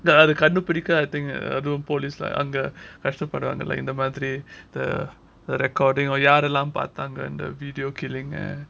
அது கண்டு புடிக்க:adhu kandu pidikka police லாம் கஷ்ட படுவாங்கல இந்த மாதிரி:laam kashtapaduvaangala indha maadhiri the recording யாருலாம் பார்த்தாங்கனு:yaarulaam paarthaanganu and the video killing uh